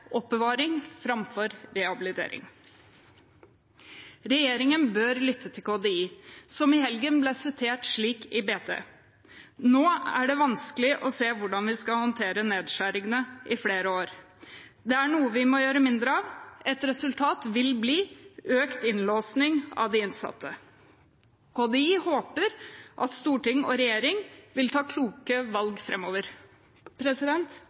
oppbevaring framfor rehabilitering. Regjeringen bør lytte til KDI, som i helgen ble sitert slik i Bergens Tidende: «Nå er det vanskelig å se hvordan vi skal håndtere nedskjæringer i flere år. Det er noe vi må gjøre mindre av. Ett resultat vil bli økt innlåsing av de innsatte.» KDI håper at storting og regjering vil ta kloke